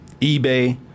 eBay